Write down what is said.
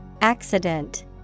Accident